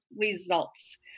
results